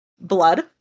blood